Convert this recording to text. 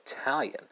Italian